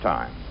Time